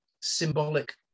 symbolic